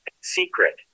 Secret